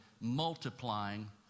multiplying